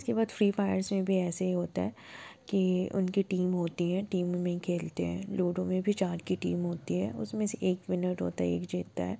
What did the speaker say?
इसके बाद Free Fires में भी ऐसे ही होता है कि उनकी टीम होती है टीम में खेलते हैं लूडो में भी चार की टीम होती है उसमें से एक विनर होता है एक जीतता है